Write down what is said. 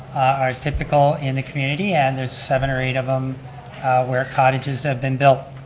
are typical in the community, and there's seven or eight of them where cottages have been built.